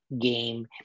game